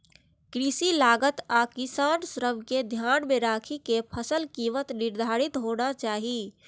कृषि लागत आ किसानक श्रम कें ध्यान मे राखि के फसलक कीमत निर्धारित होना चाही